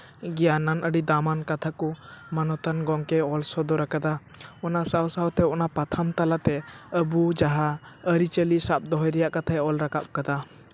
ᱜᱮᱭᱟᱱᱼᱟᱱ ᱟᱹᱰᱤ ᱫᱟᱢᱟᱱ ᱠᱟᱛᱷᱟ ᱠᱚ ᱢᱟᱱᱚᱛᱟᱱ ᱜᱚᱢᱠᱮ ᱚᱞ ᱥᱚᱫᱚᱨ ᱟᱠᱟᱫᱟ ᱚᱱᱟ ᱥᱟᱶ ᱥᱟᱶᱛᱮ ᱚᱱᱟ ᱯᱟᱛᱷᱟᱢ ᱛᱟᱞᱟᱛᱮ ᱟᱵᱚ ᱡᱟᱦᱟᱸ ᱟᱹᱨᱤᱪᱟᱹᱞᱤ ᱥᱟᱵ ᱫᱚᱦᱚᱭ ᱨᱮᱭᱟᱜ ᱠᱟᱛᱷᱟ ᱚᱞ ᱨᱟᱠᱟᱵ ᱠᱟᱫᱟ